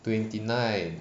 twenty nine